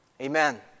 Amen